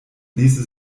ließe